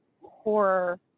horror